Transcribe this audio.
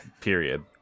Period